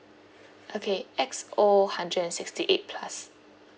okay X O hundred and sixty eight plus